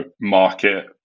market